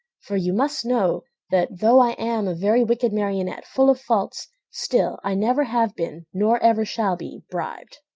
for you must know that, though i am a very wicked marionette full of faults, still i never have been, nor ever shall be, bribed.